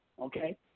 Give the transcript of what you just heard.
Okay